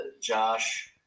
Josh